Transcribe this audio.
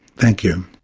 thank you.